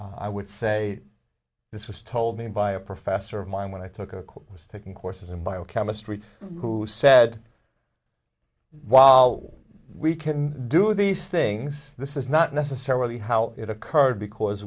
i would say this was told me by a professor of mine when i took a course taking courses in biochemistry who said why we can do these things this is not necessarily how it occurred because